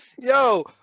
Yo